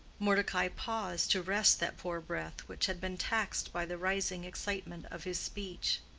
mordecai paused to rest that poor breath which had been taxed by the rising excitement of his speech.